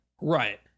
Right